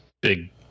big